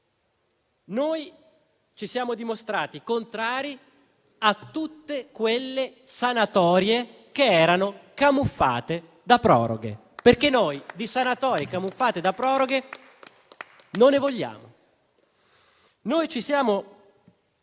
Ci siamo dimostrati contrari a tutte quelle sanatorie che erano camuffate da proroghe, perché di sanatorie camuffate da proroghe non ne vogliamo.